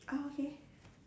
ah okay